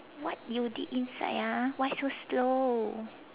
what you did inside ah why so slow